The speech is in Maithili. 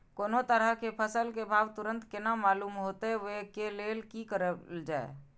कोनो तरह के फसल के भाव तुरंत केना मालूम होते, वे के लेल की करल जाय?